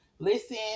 Listen